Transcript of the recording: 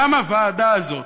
גם הוועדה הזאת,